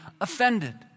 offended